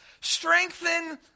Strengthen